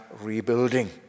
rebuilding